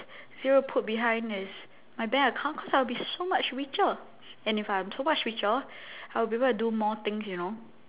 zero put behind is my bank account cause I'll be so much richer and if I'm so much richer I'll be able to do more things you know